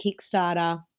kickstarter